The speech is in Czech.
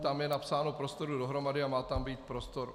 Tam je napsáno prostoru dohromady a má tam být prostor u.